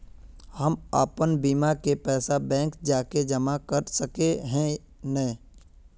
हम अपन बीमा के पैसा बैंक जाके जमा कर सके है नय?